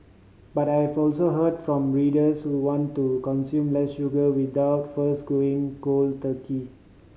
but I also heard from readers who want to consume less sugar without first going gold turkey